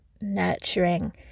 nurturing